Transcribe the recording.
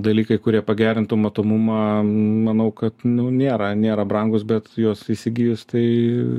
dalykai kurie pagerintų matomumą manau kad nu nėra nėra brangūs bet juos įsigijus tai